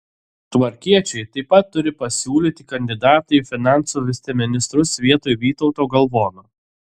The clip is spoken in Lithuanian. tvarkiečiai taip pat turi pasiūlyti kandidatą į finansų viceministrus vietoj vytauto galvono